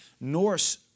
Norse